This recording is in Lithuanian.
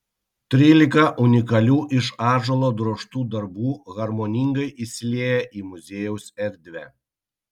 trylika unikalių iš ąžuolo drožtų darbų harmoningai įsilieja į muziejaus erdvę